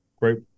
great